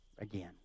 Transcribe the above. again